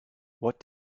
what